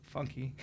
Funky